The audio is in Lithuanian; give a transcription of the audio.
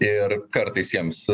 ir kartais jiems